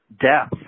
death